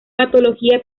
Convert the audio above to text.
patología